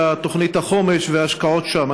לתוכנית החומש וההשקעות שם.